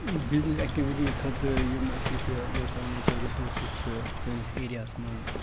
business activity خٲطرٕ یِم اَسہِ ییٚتہِ لوکل نیچرل رِسورسٕز چھِ سٲنِس ایریاہس منٛز